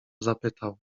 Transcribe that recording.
zapytał